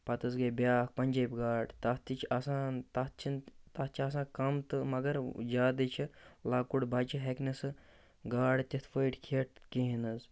پَتہٕ حظ گٔے بیٛاکھ پَنجٲبۍ گاڈ تَتھ تہِ چھِ آسان تَتھ چھِنہٕ تَتھ چھِ آسان کَم تہٕ مگر زیادٕے چھُ لۄکُٹ بَچہِ ہیٚکہِ نہٕ سۄ گاڈ تِتھ پٲٹھۍ کھٮ۪تھ کِہیٖنۍ حظ